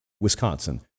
Wisconsin